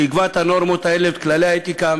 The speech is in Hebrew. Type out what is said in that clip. שיקבע את הנורמות האלה ואת כללי האתיקה,